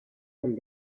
del